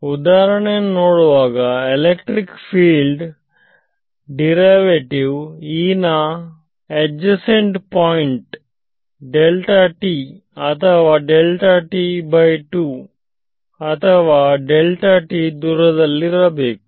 ಉದಾಹರಣೆಯನ್ನು ನೋಡುವಾಗ electric field derivative E ನ ಏಜಸೆಂಟ್ ಪಾಯಿಂಟ್ನಲ್ಲಿ ಅಥವಾ ಅಥವಾ ದೂರದಲ್ಲಿರಬೇಕು